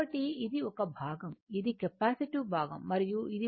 కాబట్టి ఇది ఒక భాగం ఇది కెపాసిటివ్ భాగం మరియు ఇది